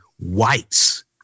whites